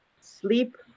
sleep